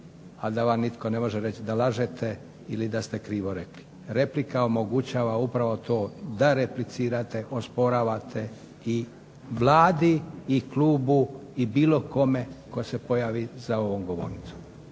a da vam nitko ne može reći da lažete ili da ste krivo rekli. Replika omogućava upravo to da replicirate, osporavate i Vladi i klubu i bilo kome tko se pojavi za ovom govornicom.